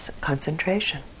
concentration